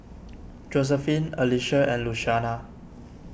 Josephine Alicia and Luciana